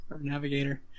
navigator